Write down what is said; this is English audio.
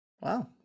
Wow